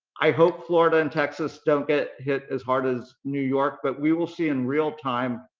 i hope florida and texas don't get hit as hard as new york, but we will see in real time